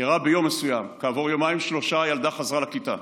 הוא אירע ביום מסוים וכעבור יומיים-שלושה הילדה חזרה לכיתה,